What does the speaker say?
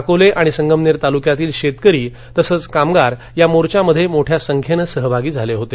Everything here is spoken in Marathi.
अकोले आणि संगमनेर तालुक्यातील शेतकरी तसंच कामगार या मोर्चामध्ये मोठ्या संख्येने सहभागी झाले होते